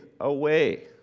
away